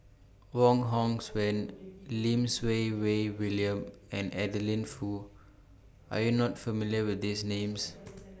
Wong Hong Suen Lim Siew Wai William and Adeline Foo Are YOU not familiar with These Names